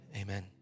amen